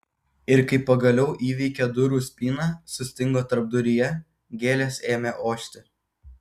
ir kai pagaliau įveikė durų spyną sustingo tarpduryje gėlės ėmė ošti